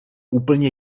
úplně